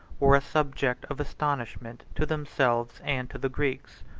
were a subject of astonishment to themselves and to the greeks.